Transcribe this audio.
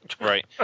Right